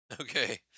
Okay